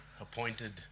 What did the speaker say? appointed